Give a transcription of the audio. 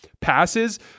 passes